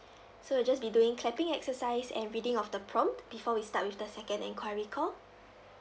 so we'll just be doing capping exercise and reading of the prompt before we start with the second enquiry call